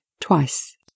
twice